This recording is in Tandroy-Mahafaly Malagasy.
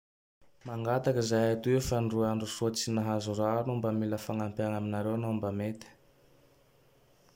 Mangataky atoy fa ndroa andro soa tsy nahazo rano, mba mila fagnampiagne aminareo nao mba mete.